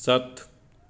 ਸੱਤ